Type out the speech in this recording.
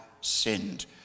sinned